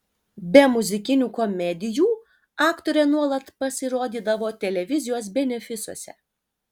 be muzikinių komedijų aktorė nuolat pasirodydavo televizijos benefisuose